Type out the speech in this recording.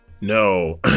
No